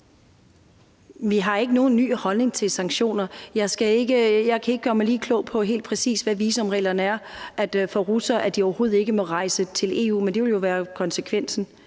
Vi har ikke nogen ny holdning til sanktioner. Jeg kan ikke lige gøre mig klog på, helt præcis hvad visumreglerne er for russere – om de overhovedet ikke må rejse til EU. Men det ville jo være konsekvensen,